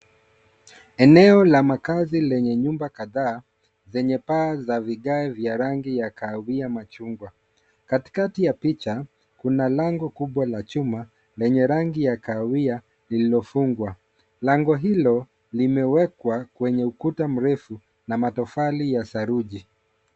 Eneo la makaazi lenye nyumba kadhaa zenye paa za vigae vya rangi ya kahawia machungwa. Katikati ya picha kuna lango kubwa la chuma lenye rangi ya kahawia lililofungwa. Lango hilo limewekwa kwenye ukuta mrefu na matofali ya saruji.